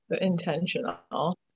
intentional